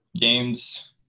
games –